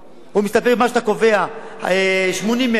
הוא מסתפק במה שאתה קובע, 80 מ"ר.